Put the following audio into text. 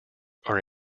are